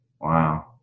Wow